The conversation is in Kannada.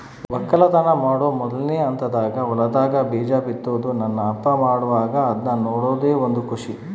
ವಕ್ಕಲತನ ಮಾಡೊ ಮೊದ್ಲನೇ ಹಂತದಾಗ ಹೊಲದಾಗ ಬೀಜ ಬಿತ್ತುದು ನನ್ನ ಅಪ್ಪ ಮಾಡುವಾಗ ಅದ್ನ ನೋಡದೇ ಒಂದು ಖುಷಿ